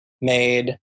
Made